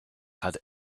had